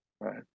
Right